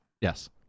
Yes